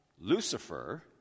Lucifer